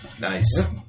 Nice